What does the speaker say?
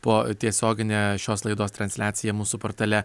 po tiesiogine šios laidos transliacija mūsų portale